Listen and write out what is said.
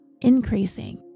increasing